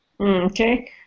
Okay